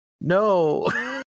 no